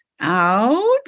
out